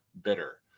bitter